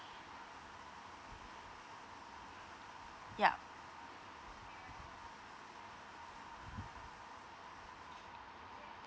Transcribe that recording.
ya